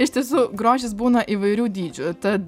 iš tiesų grožis būna įvairių dydžių tad